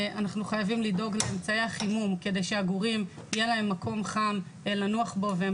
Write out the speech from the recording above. אנחנו חייבים לדאוג לאמצעי חימום כדי שלגורים יהיה מקום חם לנוח בו והם